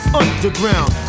underground